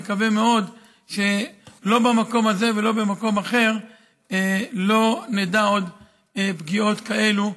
מקווה מאוד שלא במקום הזה ולא במקום אחר לא נדע עוד פגיעות כאלו,